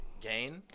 Gain